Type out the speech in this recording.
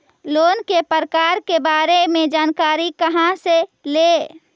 Loan के प्रकार के बारे मे जानकारी कहा से ले?